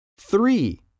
Three